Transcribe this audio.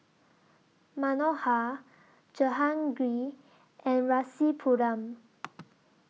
Manohar Jehangirr and Rasipuram